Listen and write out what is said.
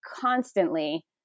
constantly